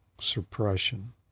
suppression